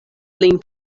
lin